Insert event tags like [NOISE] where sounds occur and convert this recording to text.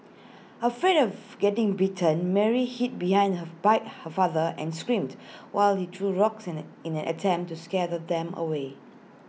afraid of getting bitten Mary hid behind her [UNINTELLIGIBLE] father and screamed while he threw rocks in A in an attempt to scare them away